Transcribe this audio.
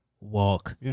walk